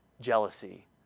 jealousy